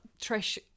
Trish